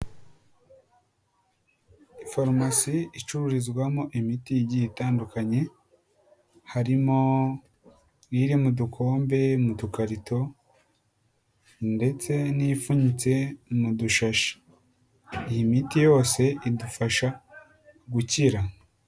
Farumasi icururizwamo imiti igiye itandukanye harimo iri mu dukombe, mu tukarito ndetse n'ifunyitse n'udushashi, iyi miti yose idufasha gukira.